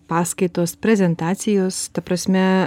paskaitos prezentacijos ta prasme